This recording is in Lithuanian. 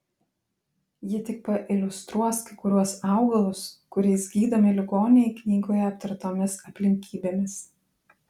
ji tik pailiustruos kai kuriuos augalus kuriais gydomi ligoniai knygoje aptartomis aplinkybėmis